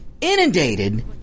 inundated